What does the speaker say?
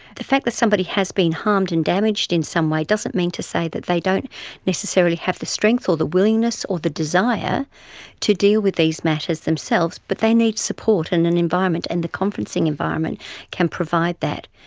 the fact that somebody has been harmed and damaged in some way doesn't mean to say that they don't necessarily have the strength or the willingness or the desire to deal with these matters themselves, but they need support, and and and the conferencing environment can provide that.